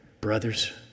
brothers